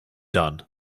done